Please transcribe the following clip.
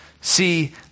see